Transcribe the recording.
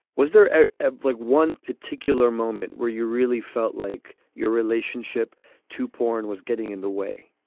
was there ah ah like one particular moment where you really felt like your relationship to porn was getting in the way?